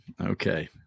Okay